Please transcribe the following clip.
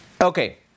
Okay